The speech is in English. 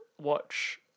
watch